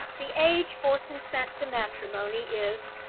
the age for consent to matrimony is,